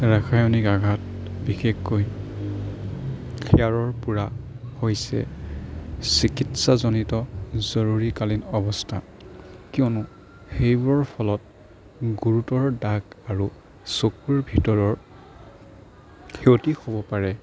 ৰাসায়নিক আঘাত বিশেষকৈ পোৰা হৈছে চিকিৎসাজনিত জৰুৰীকালীন অৱস্থা কিয়নো সেইবোৰৰ ফলত গুৰুতৰ দাগ আৰু চকুৰ ভিতৰৰ ক্ষতি হ'ব পাৰে